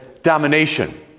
Domination